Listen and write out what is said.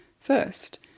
first